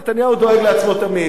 לא, נתניהו דואג לעצמו תמיד.